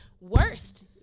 worst